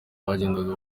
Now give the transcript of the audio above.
bagendaga